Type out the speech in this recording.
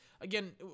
Again